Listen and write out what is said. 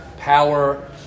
power